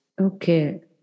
Okay